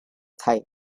thigh